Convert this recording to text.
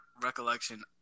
recollection